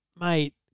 mate